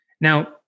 Now